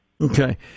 Okay